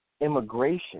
immigration